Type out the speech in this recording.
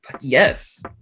Yes